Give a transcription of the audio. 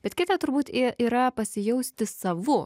bet kita turbūt yra pasijausti savu